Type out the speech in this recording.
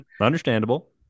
understandable